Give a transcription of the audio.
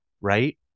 right